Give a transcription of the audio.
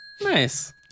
Nice